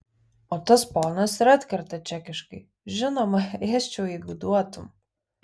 o tas ponas ir atkerta čekiškai žinoma ėsčiau jeigu duotum